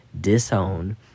disown